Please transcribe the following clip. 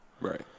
Right